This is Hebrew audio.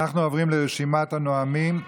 אנחנו עוברים לרשימת הנואמים.